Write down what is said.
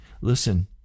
Listen